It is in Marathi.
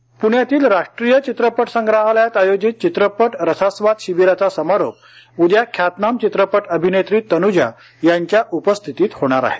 प्ण्यातील राष्ट्रीय चित्रपट संग्रहालयात आयोजित चित्रपट रसास्वाद शिविराचा समारोप उद्या ख्यातनाम चित्रपट अभिनेत्री तन्जा यांच्या उपस्थितीत होणार आहे